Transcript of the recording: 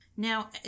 Now